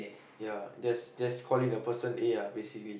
ya just just call it the person A lah basically